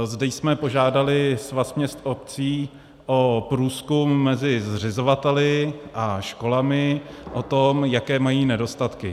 Zde jsme požádali Svaz měst a obcí o průzkum mezi zřizovateli a školami o tom, jaké mají nedostatky.